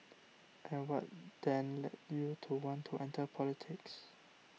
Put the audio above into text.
and what then led you to want to enter politics